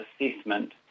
assessment